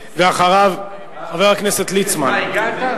אחריו, חבר הכנסת ליצמן.